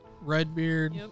Redbeard